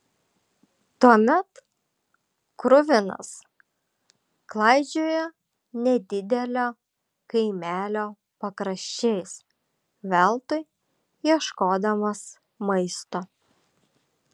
tuomet kruvinas klaidžiojo nedidelio kaimelio pakraščiais veltui ieškodamas maisto